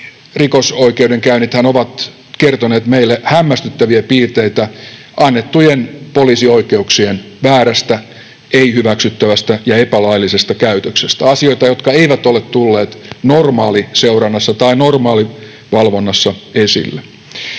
rikosoikeudenkäynnithän ovat kertoneet meille hämmästyttäviä piirteitä annettujen poliisioikeuksien väärästä, ei-hyväksyttävästä ja epälaillisesta käytöksestä, asioita, jotka eivät ole tulleet normaaliseurannassa tai normaalivalvonnassa esille.